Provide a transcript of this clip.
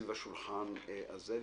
סביב השולחן הזה.